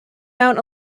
mount